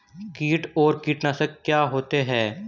कीट और कीटनाशक क्या होते हैं?